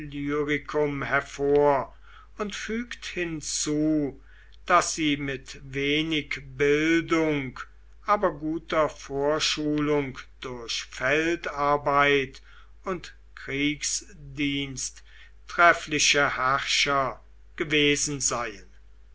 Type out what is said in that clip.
illyricum hervor und fügt hinzu daß sie mit wenig bildung aber guter vorschulung durch feldarbeit und kriegsdienst treffliche herrscher gewesen seien